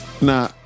Nah